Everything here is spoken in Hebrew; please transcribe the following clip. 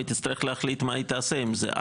והיא תצטרך להחליט מה היא תעשה עם זה.